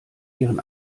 ihren